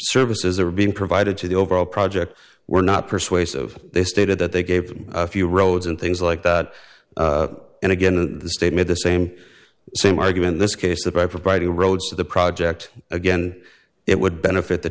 services are being provided to the overall project were not persuasive they stated that they gave them a few roads and things like that and again the state made the same same argument this case that by providing roads to the project again it would benefit the